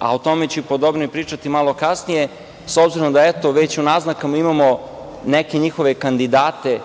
a tome ću podobnije pričati malo kasnije s obzirom da već u naznakama imamo neke njihove kandidate